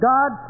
God